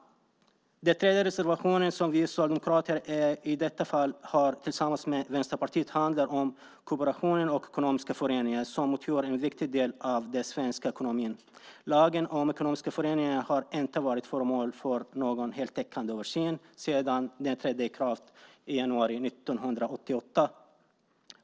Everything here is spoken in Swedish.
Den tredje reservationen, som vi socialdemokrater i detta fall har tillsammans med Vänsterpartiet, handlar om kooperationen och ekonomiska föreningar som utgör en viktig del av den svenska ekonomin. Lagen om ekonomiska föreningar har inte varit föremål för någon heltäckande översyn sedan den trädde i kraft i januari 1988.